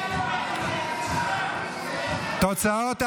הירדן, התשפ"ג 2023, לא נתקבלה.